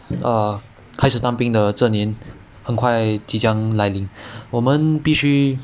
err 开始当兵的这年很快即将来临我们必须